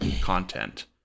content